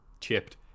chipped